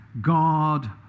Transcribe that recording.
God